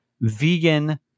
vegan